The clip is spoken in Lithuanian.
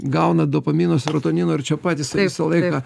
gauna dopamino serotonino ir čia patys visą laiką